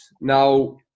Now